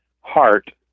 heart